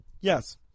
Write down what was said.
yes